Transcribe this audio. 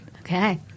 Okay